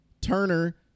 Turner